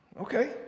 Okay